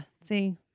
see